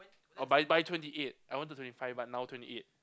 or by by twenty eight I wanted twenty five but now twenty eight